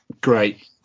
Great